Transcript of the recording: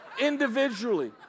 individually